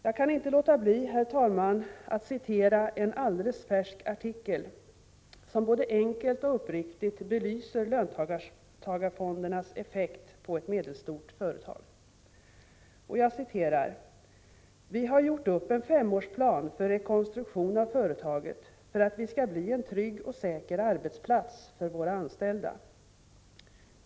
Jag kan inte låta bli, herr talman, att citera från en alldeles färsk artikel, som både enkelt och uppriktigt belyser löntagarfondernas effekt på ett medelstort företag: ”Vi har gjort upp en femårsplan för rekonstruktion av företaget, för att vi ska bli en trygg och säker arbetsplats för våra anställda.